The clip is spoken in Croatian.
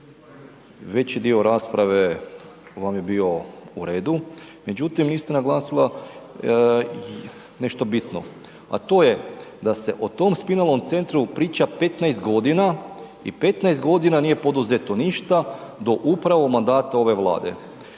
Veći dio rasprave vam je bio u redu, međutim, niste naglasila nešto bitno, a to je da se o tom spinalnom centru priča 15 godina i 15 godina nije poduzeto ništa do upravo mandata ove Vlade.